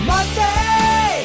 Monday